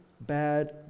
bad